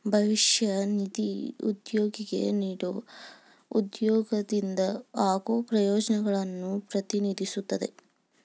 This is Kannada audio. ಭವಿಷ್ಯ ನಿಧಿ ಉದ್ಯೋಗಿಗೆ ನೇಡೊ ಉದ್ಯೋಗದಿಂದ ಆಗೋ ಪ್ರಯೋಜನಗಳನ್ನು ಪ್ರತಿನಿಧಿಸುತ್ತದೆ